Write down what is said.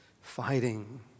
fighting